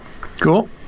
cool